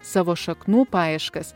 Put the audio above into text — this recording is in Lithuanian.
savo šaknų paieškas